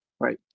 Right